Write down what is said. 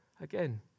Again